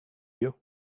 you